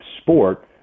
sport